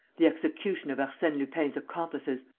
the execution of arsene lupin's accomplices!